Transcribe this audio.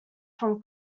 from